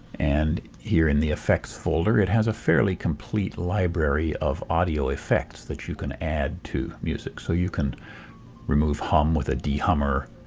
and here in the effects folder it has a fairly complete library of audio effects that you can add to music so you can remove hum with a de-hummer,